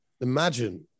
imagine